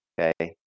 Okay